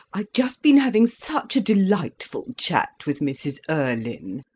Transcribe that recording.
i've just been having such a delightful chat with mrs. erlynne.